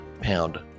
pound